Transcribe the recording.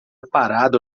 parado